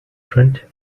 front